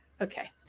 okay